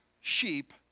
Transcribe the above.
sheep